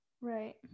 Right